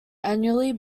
annually